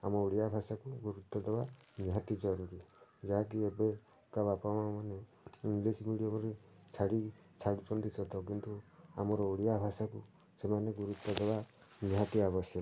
ଆମ ଓଡ଼ିଆ ଭାଷାକୁ ଗୁରୁତ୍ୱ ଦେବା ନିହାତି ଜରୁରୀ ଯାହାକି ଏବେକା ବାପା ମାଆ ମାନେ ଇଂଲିଶ ମିଡ଼ିୟମ୍ରେ ଛାଡ଼ି ଛାଡ଼ୁଛନ୍ତି ସତ କିନ୍ତୁ ଆମର ଓଡ଼ିଆ ଭାଷାକୁ ସେମାନେ ଗୁରୁତ୍ୱ ଦେବା ନିହାତି ଆବଶ୍ୟକ